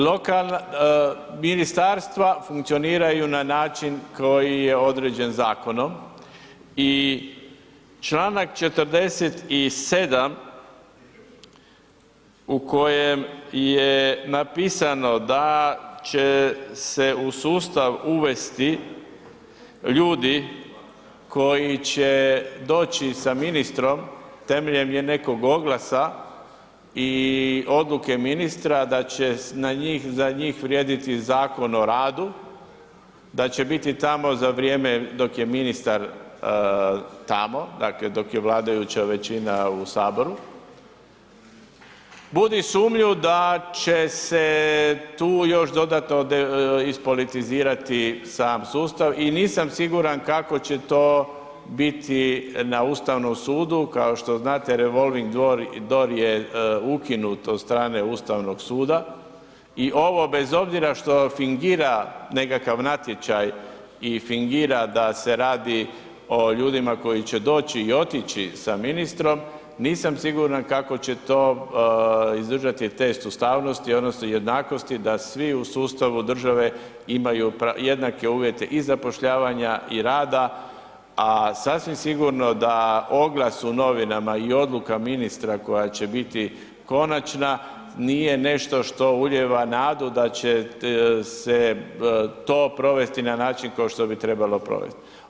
Lokalna, ministarstva funkcioniraju na način koji je određen zakonom i Članak 47. u kojem je napisano da će se u sustav uvesti ljudi koji će doći sa ministrom temeljem nekog oglasa i odluke ministra da će na njih, za njih vrijediti Zakon o radu, da će biti tamo za vrijeme dok je ministar tamo, dakle dok je vladajuća većina u saboru, budi sumnju da će se tu još dodatno ispolitizirati sam sustav i nisam siguran kako će to biti na Ustavnom sudu kao što znate revolving door je ukinut od strane Ustavnog suda i ovo bez obzira što alfingira nekakav natječaj i fingira da se radi o ljudima koji će doći i otići sa ministrom nisam siguran kako će to izdržati test ustavnosti odnosno jednakosti da svi u sustavu države imaju jednake uvjete i zapošljavanja i rada, a sasvim sigurno da oglas u novinama i odluka ministra koja će biti konačna nije nešto što ulijeva nadu da će se to provesti na način kao što bi trebalo provesti.